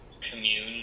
commune